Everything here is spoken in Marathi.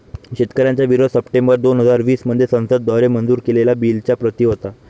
शेतकऱ्यांचा विरोध सप्टेंबर दोन हजार वीस मध्ये संसद द्वारे मंजूर केलेल्या बिलच्या प्रति होता